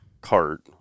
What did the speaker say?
cart